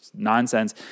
nonsense